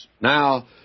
Now